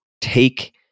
take